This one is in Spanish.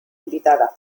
invitada